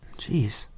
geeze.